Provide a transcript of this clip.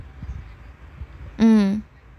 mm